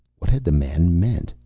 what had the man meant?